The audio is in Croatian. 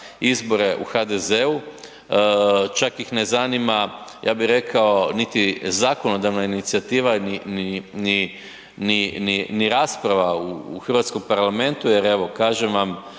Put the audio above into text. izbore u HDZ-u, čak ih ne zanima ja bih rekao niti zakonodavna inicijativa, ni rasprava u hrvatskom parlamentu, jer evo kažem vam